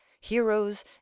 heroes